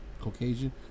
Caucasian